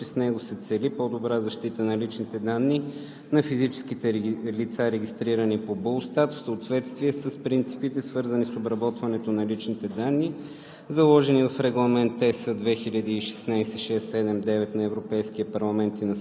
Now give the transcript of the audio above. главен секретар. Законопроектът беше представен от госпожа Габриела Козарева, която посочи, че с него се цели по-добра защита на личните данни на физическите лица, регистрирани по БУЛСТАТ, в съответствие с принципите, свързани с обработването на личните данни,